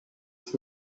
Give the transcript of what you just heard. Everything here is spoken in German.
ich